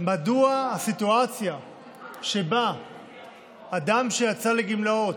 מדוע הסיטואציה שבה אדם שיצא לגמלאות,